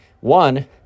One